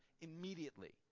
immediately